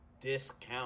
discount